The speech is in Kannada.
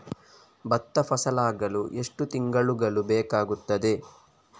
ಭತ್ತ ಫಸಲಾಗಳು ಎಷ್ಟು ತಿಂಗಳುಗಳು ಬೇಕಾಗುತ್ತದೆ?